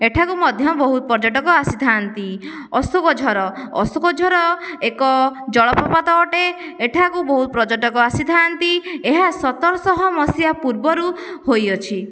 ଏଠାକୁ ମଧ୍ୟ ବହୁତ ପର୍ଯ୍ୟଟକ ଆସିଥାନ୍ତି ଅଶୋକଝର ଅଶୋକଝର ଏକ ଜଳପ୍ରପାତ ଅଟେ ଏଠାକୁ ବହୁତ ପର୍ଯ୍ୟଟକ ଆସିଥାନ୍ତି ଏହା ସତରଶହ ମସିହା ପୂର୍ବରୁ ହୋଇଅଛି